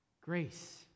grace